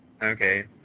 Okay